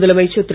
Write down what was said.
முதலமைச்சர் திரு